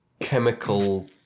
chemical